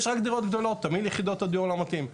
יש רק דירות גדולות, תמהיל יחידות הדיור לא מתאים.